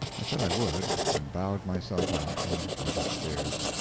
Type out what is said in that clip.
i said i would, and bowed myself out, and went upstairs.